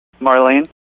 Marlene